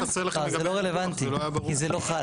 זה לא רלוונטי כי זה לא חל.